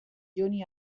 joni